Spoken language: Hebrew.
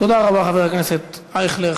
תודה רבה, חבר הכנסת אייכלר.